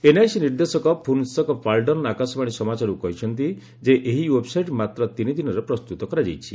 NIC ନିର୍ଦ୍ଦେଶକ ଫୁନ୍ସକ୍ ପାଲଡନ୍ ଆକାଶବାଣୀ ସମାଜାରକୁ କହିଛନ୍ତି ଏହି ଓ୍ୱେବ୍ସାଇଟ୍ ମାତ୍ର ଦିନି ଦିନରେ ପ୍ରସ୍ତୁତ କରାଯାଇଛି